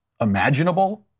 imaginable